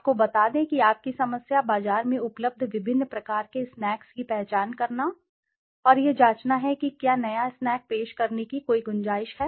आपको बता दें कि आपकी समस्या बाजार में उपलब्ध विभिन्न प्रकार के स्नैक्स की पहचान करना और यह जांचना है कि क्या नया स्नैक पेश करने की कोई गुंजाइश है